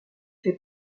fait